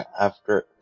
after-